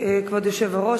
כבוד היושב-ראש,